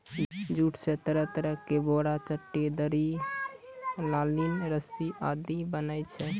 jute स तरह तरह के बोरा, चट्टी, दरी, कालीन, रस्सी आदि बनै छै